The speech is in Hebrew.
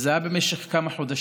וזה היה במשך כמה חודשים.